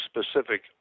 specific